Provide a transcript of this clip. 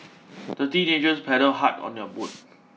the teenagers paddled hard on their boat